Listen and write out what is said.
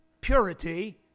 purity